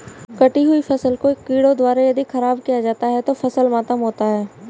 कटी हुयी फसल को कीड़ों द्वारा यदि ख़राब किया जाता है तो फसल मातम होता है